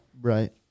Right